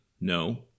no